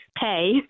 pay